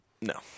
No